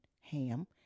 ham